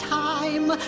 time